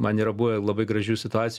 man yra buvę labai gražių situacijų